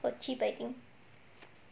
for cheap I think